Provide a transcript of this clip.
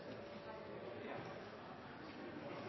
statsråd